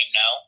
no